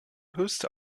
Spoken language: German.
höchste